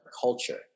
culture